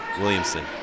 Williamson